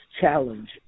challenge